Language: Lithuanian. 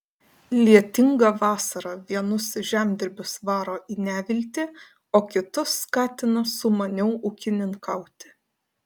lietinga vasara vienus žemdirbius varo į neviltį o kitus skatina sumaniau ūkininkauti